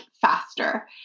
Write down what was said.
faster